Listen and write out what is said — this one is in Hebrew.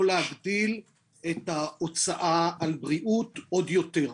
להגדיל את ההוצאה על בריאות עוד יותר.